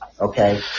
Okay